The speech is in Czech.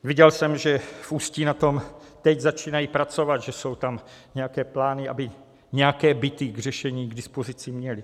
Viděl jsem, že v Ústí na tom teď začínají pracovat, že jsou tam nějaké plány, aby nějaké byty k dispozici měli.